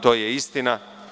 To je istina.